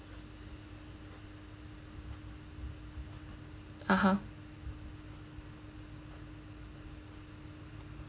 (uh huh)